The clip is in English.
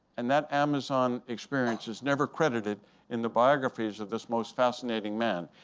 and that amazon experience is never credited in the biographies of this most fascinating man.